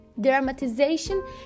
Dramatization